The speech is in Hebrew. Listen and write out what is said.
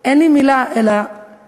אין לי מילה אלא,